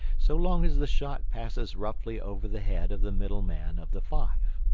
so long as the shot passes roughly over the head of the middle man of the five.